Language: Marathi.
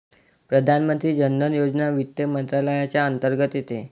प्रधानमंत्री जन धन योजना वित्त मंत्रालयाच्या अंतर्गत येते